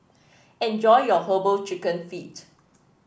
enjoy your herbal chicken feet